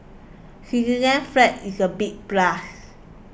Switzerland's flag is a big plus